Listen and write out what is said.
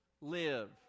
live